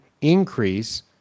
increase